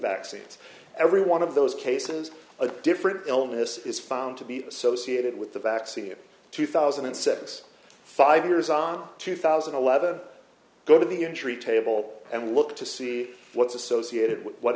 vaccines every one of those cases a different illness is found to be associated with the vaccine in two thousand and six five years on two thousand and eleven go to the injury table and look to see what's associated with what